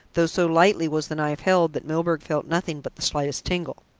though so lightly was the knife held that milburgh felt nothing but the slightest tingle.